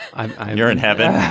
i'm you're in heaven. i